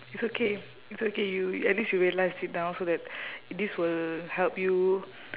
it's okay it's okay you at least you realise it now so that this will help you